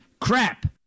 crap